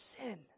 sin